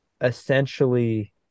essentially